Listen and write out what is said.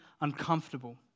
uncomfortable